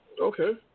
Okay